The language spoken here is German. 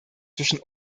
zwischen